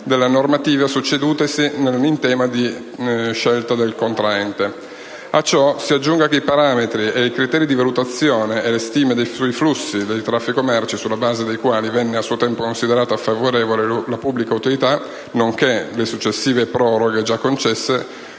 delle normative succedutesi in tema di scelta del contraente. A ciò si aggiunga che i parametri, i criteri di valutazione e le stime sui flussi del traffico merci sulla base dei quali venne a suo tempo considerata favorevolmente la pubblica utilità, nonché le successive proroghe già concesse,